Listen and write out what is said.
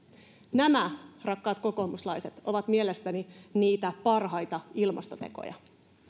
nämä rakkaat kokoomuslaiset ovat mielestäni niitä parhaita ilmastotekoja